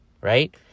right